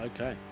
Okay